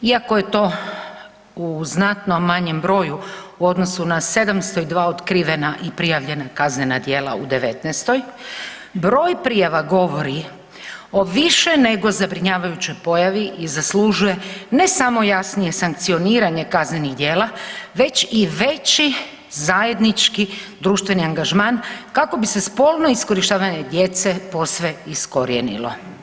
Iako je to u znatno manjem broju u odnosu na 702 otkrivena i prijavljena kaznena djela u '19.-toj broj prijava govori o više nego zabrinjavajućoj pojavi i zaslužuje ne samo jasnije sankcioniranje kaznenih djela već i veći zajednički društveni angažman kako bi se spolno iskorištavanje djece posve iskorijenilo.